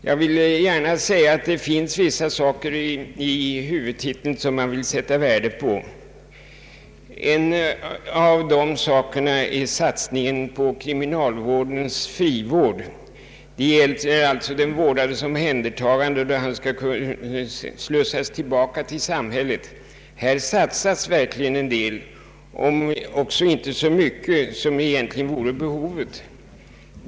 Jag ville gärna säga att det finns åtskilligt i huvudtiteln som man har an ledning att sätta värde på, bland annat satsningen inom kriminalvården på en utbyggnad av frivården. Det gäller alitså den vårdades omhändertagande då han skall slussas tillbaka ut i samhället. Här satsas verkligen en del, om också inte så mycket som egentligen vore behövligt.